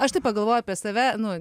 aš taip pagalvoju apie save nu